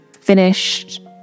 finished